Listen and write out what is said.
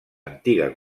antiga